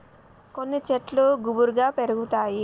కొన్ని శెట్లు గుబురుగా పెరుగుతాయి